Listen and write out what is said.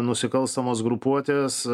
nusikalstamos grupuotės